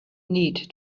need